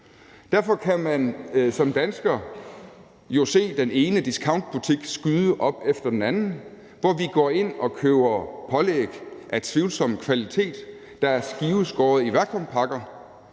Derfor kan man som dansker jo se den ene discountbutik efter den anden skyde op, hvor vi går ind og køber pålæg af tvivlsom kvalitet, der er skiveskåret og i vakuumpakker,